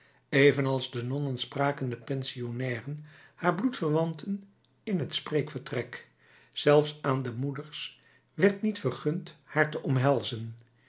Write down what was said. evenals de nonnen spraken de pensionnairen haar bloedverwanten in het spreekvertrek zelfs aan de moeders werd niet vergund haar te omhelzen